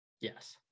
Yes